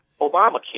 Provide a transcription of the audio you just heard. Obamacare